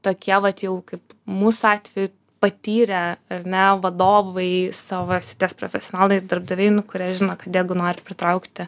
tokie vat jau kaip mūsų atveju patyrę ar ne vadovai savo srities profesionalai ir darbdaviai nu kurie žino kad jeigu nori pritraukti